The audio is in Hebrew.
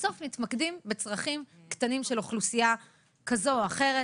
בסוף מתמקדים בצרכים קטנים של אוכלוסייה כזו או אחרת,